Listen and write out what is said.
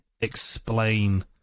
explain